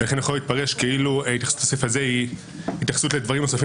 לכן יכול להתפרש כאילו ההתייחסות לסעיף הזה היא התייחסות לדברים נוספים